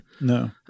No